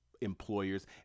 employers